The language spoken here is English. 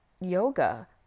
yoga